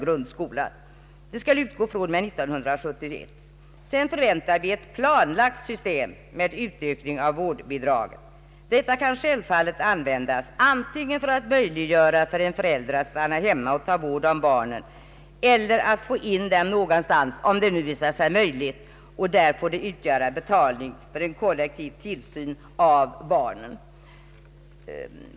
Bidraget skall enligt förslaget utgå från och med 1971. Sedan förväntar vi ett planlagt system med utökning av vårdbidraget. Detta kan självfallet användas antingen för att möjliggöra för en förälder att stanna hemma och ta vård om barnen eller för att få in dem någonstans, om det nu visar sig möjligt, varvid bidraget får utgöra betalning för kollektiv tillsyn av barnen.